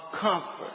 comfort